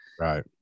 Right